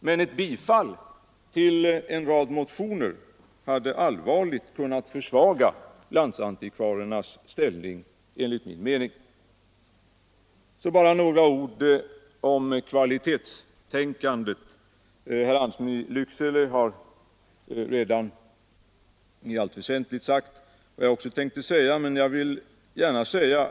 Men ett bifall till en rad motioner hade enligt min mening allvarligt kunna försvaga landsantikvariernas ställning. Så bara några ord om kvalitetstänkandet. Herr Andersson i Lycksele har redan i allt väsentligt sagt vad jag också tänkte säga.